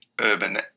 urban